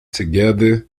together